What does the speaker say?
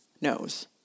knows